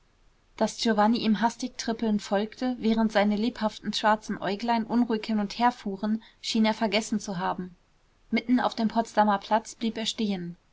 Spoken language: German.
daß giovanni ihm hastig trippelnd folgte während seine lebhaften schwarzen äuglein unruhig hin und her fuhren schien er vergessen zu haben mitten auf dem potsdamer platz blieb er stehen